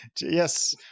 yes